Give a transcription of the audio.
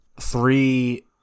three